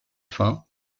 fin